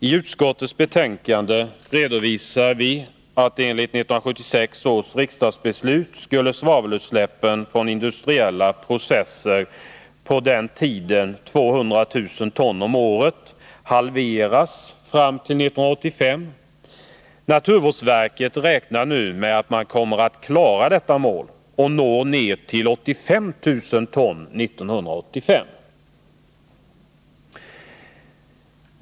I utskottets betänkande redovisar vi att enligt 1976 års riksdagsbeslut skulle svavelutsläppen från industriella processer, på den tiden 200000 ton om året, halveras fram till 1985. Naturvårdsverket räknar nu med att man kommer att klara detta mål och t.o.m. att nå ner till 85 000 ton 1985.